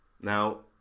Now